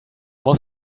more